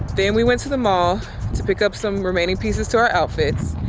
then we went to the mall to pick up some remaining pieces to our outfits.